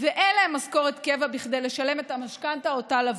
ואין להם משכורת קבע כדי לשלם את המשכנתה שלוו.